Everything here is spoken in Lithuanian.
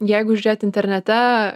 jeigu žiūrėt internete